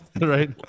right